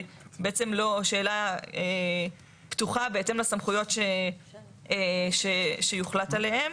בעצם שאלה פתוחה בהתאם לסמכויות שיוחלט עליהן.